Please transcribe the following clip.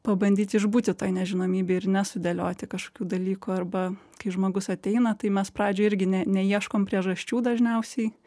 pabandyti išbūti toj nežinomybėj ir nesudėlioti kažkokių dalykų arba kai žmogus ateina tai mes pradžioj irgi ne neieškom priežasčių dažniausiai